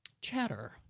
chatter